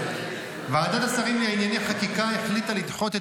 ועדת השרים לענייני חקיקה החליטה לדחות את